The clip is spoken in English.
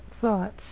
thoughts